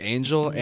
Angel